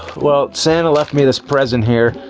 well, santa left me this present here.